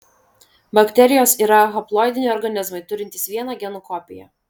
bakterijos yra haploidiniai organizmai turintys vieną genų kopiją